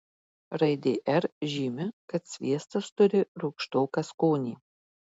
raidė r žymi kad sviestas turi rūgštoką skonį